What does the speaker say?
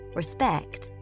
respect